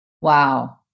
Wow